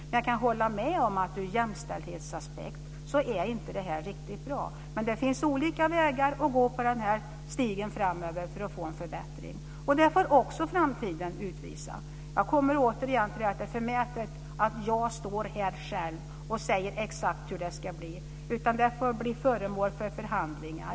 Men jag kan hålla med om att ur jämställdhetsaspekt är det inte riktigt bra. Det finns olika vägar att gå på den här stigen framöver för att få en förbättring. Vilka de är får också framtiden utvisa. Jag återkommer återigen till att det vore förmätet att själv stå här och säga exakt hur det ska bli, utan det får bli föremål för förhandlingar.